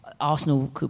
Arsenal